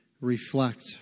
reflect